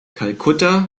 kalkutta